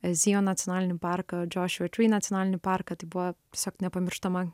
ezijo nacionalinį parką joshua tree nacionalinį parką tai buvo tsiog nepamirštama